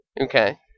Okay